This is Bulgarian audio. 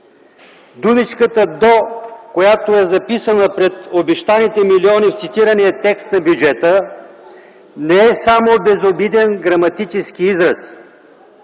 Думичката „до”, която е записана пред обещаните милиони в цитирания текст на бюджета, не е само безобиден граматически израз.